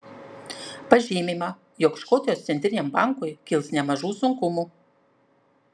pažymima jog škotijos centriniam bankui kils nemažų sunkumų